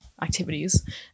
activities